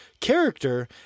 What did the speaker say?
character